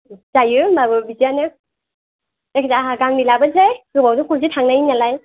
जायो होमबाबो बिदियानो जेखिजाया आंहा गांनै लाबोनसै गोबावजों खनसो थांनायनि नालाय